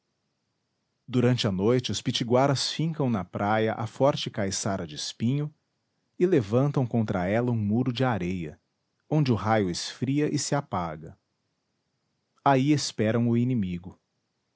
durante a noite os pitiguaras fincam na praia a forte caiçara de espinho e levantam contra ela um muro de areia onde o raio esfria e se apaga aí esperam o inimigo